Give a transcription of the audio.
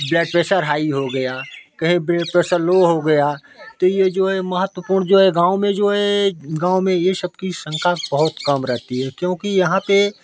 blood pressure high हो गया कहीं ब्लड प्रेसर लो हो गया तो यह जो है महत्वपूर्ण जो है गाँव में जो है गाँव में ये सब की शंका बहुत कम रहती है क्योंकि यहाँ पे